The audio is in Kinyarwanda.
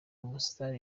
umustar